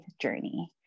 journey